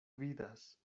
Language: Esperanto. vidas